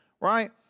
right